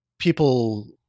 People